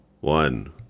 one